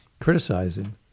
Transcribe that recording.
criticizing